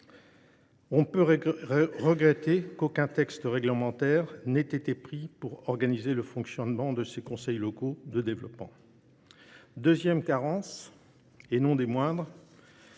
On peut regretter qu’aucun texte réglementaire n’ait été publié pour organiser le fonctionnement de ces conseils locaux. Deuxième carence, et non des moindres